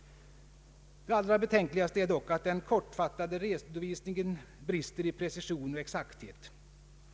Det allra betänkligaste är dock att den kortfattade redovisningen ofta brister i precision och exakthet.